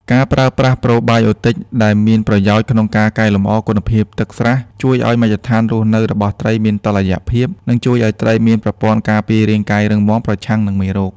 ការប្រើប្រាស់ប្រូបាយអូទិចដែលមានប្រយោជន៍ ក្នុងការកែលម្អគុណភាពទឹកស្រះ ជួយឱ្យមជ្ឈដ្ឋានរស់នៅរបស់ត្រីមានតុល្យភាព និងជួយឱ្យត្រីមានប្រព័ន្ធការពាររាងកាយរឹងមាំប្រឆាំងនឹងមេរោគ។